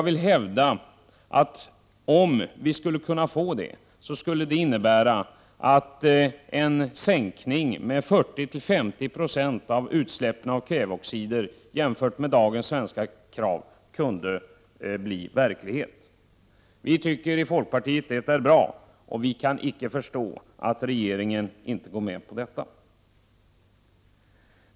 Det skulle innebära att en sänkning med 40—50 96 jämfört med dagens svenska krav när det gäller utsläppen av kväveoxider skulle kunna bli verklighet. Vii folkpartiet tycker att det skulle vara bra. Vi kan inte förstå att regeringen inte går med på detta.